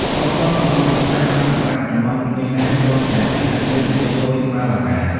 កងទ័ពសមុទ្រ ខ្មែរ បានបង្ក្រាបតំបន់មេណាម ព្រមទាំងភាគខាងជើងនៃជ្រោយម៉ាឡាកា។